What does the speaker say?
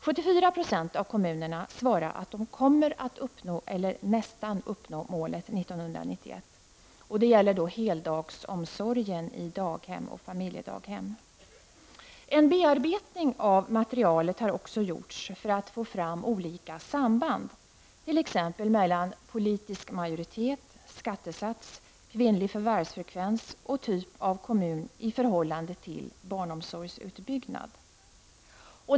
74 % av kommunerna svarade att de kommer att uppnå eller nästan uppnå målet 1991. Det gäller då heldagsomsorgen i daghem och familjedaghem. En bearbetning av materialet har också gjorts för att få fram olika samband, t.ex. mellan politisk majoritet, skattesats, kvinnlig förvärvsfrekvens och typ av kommun i förhållande till barnomsorgsutbyggnad.